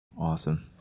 awesome